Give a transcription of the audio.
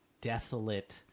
desolate